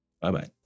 Bye-bye